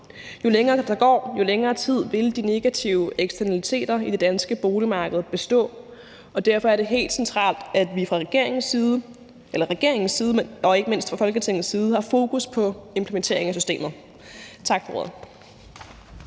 Jo længere tid der går, jo længere tid vil de negative eksternaliteter i det danske boligmarked bestå, og derfor er det helt centralt, at man fra regeringens side og ikke mindst fra Folketingets side har fokus på implementeringen af systemet. Tak for ordet.